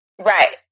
Right